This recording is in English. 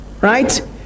right